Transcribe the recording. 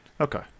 Okay